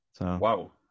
Wow